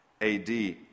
AD